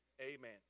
Amen